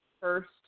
first